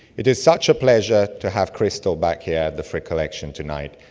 it is such a pleasure to have kristel back here at the frick collection tonight.